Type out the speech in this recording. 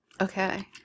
Okay